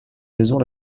maison